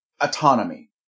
autonomy